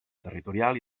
territorial